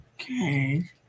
Okay